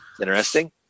interesting